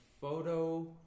photo